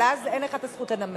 אבל אז אין לך את הזכות לנמק.